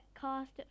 cast